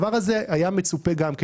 היה מצופה גם בדבר הזה.